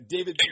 David